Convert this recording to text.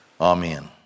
amen